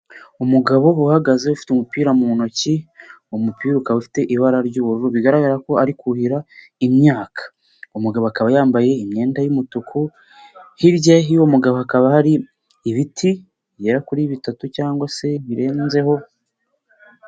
Umugabo uhagaze ufite umupira mu ntoki, uwo mupira ukaba ufite ibara ry'ubururu bigaragara ko ari kuhira imyaka, uwo umugabo akaba yambaye imyenda y'umutuku, hirya y'uwo mugabo hakaba hari ibiti bigerara kuri bitatu cyangwa se birenzeho.